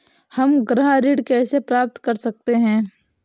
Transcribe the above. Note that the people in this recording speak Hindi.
हम गृह ऋण कैसे प्राप्त कर सकते हैं?